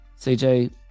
CJ